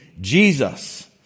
Jesus